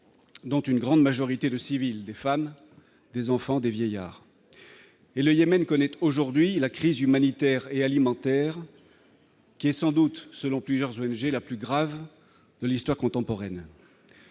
dont une grande majorité de civils, des femmes, des enfants, des vieillards et le Yémen connaît aujourd'hui la crise humanitaire et alimentaire qui est sans doute selon plusieurs ONG, la plus grave de l'histoire contemporaine.